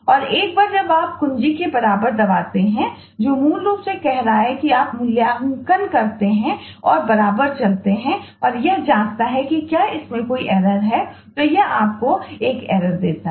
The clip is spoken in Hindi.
और एक बार जब आप कुंजी के बराबर दबाते हैं जो मूल रूप से कह रहा है कि आप मूल्यांकन करते हैं और बराबर चलते हैं और यह जांचता है कि क्या कोई त्रुटि है तो यह आपको एक त्रुटि देता है